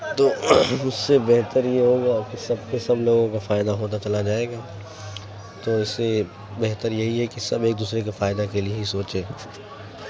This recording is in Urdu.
تو اس سے بہتر یہ ہوگا کہ سب کے سب لوگوں کا فائدہ ہوتا چلا جائے گا تو اس سے بہتر یہی ہے کہ سب ایک دوسرے کے فائدہ کے لیے ہی سوچیں